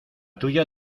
tuya